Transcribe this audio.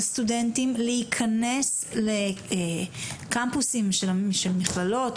סטודנטים להיכנס לקמפוסים של המכללות,